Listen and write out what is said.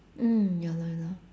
mm ya lor ya lor